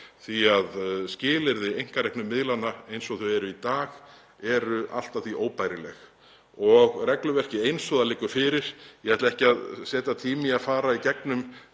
því að skilyrði einkareknu miðlanna eins og þau eru í dag eru allt að því óbærileg. Regluverkið eins og það liggur fyrir — ég ætla ekki að setja tíma í að fara í gegnum